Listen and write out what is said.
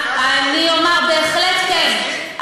אז זה מצדיק, אני אומר, בהחלט כן.